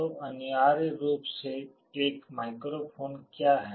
तो अनिवार्य रूप से एक माइक्रोफोन क्या है